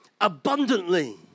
abundantly